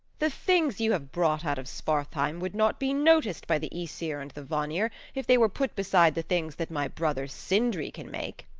the things you have brought out of svartheim would not be noticed by the aesir and the vanir if they were put beside the things that my brother sindri can make.